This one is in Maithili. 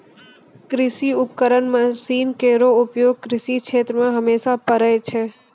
कृषि उपकरण मसीन केरो उपयोग कृषि क्षेत्र मे हमेशा परै छै